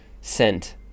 sent